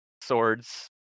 swords